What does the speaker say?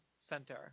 center